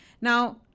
Now